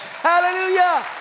Hallelujah